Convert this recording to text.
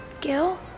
Gil